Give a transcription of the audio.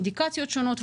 אינדיקציות שונות,